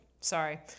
sorry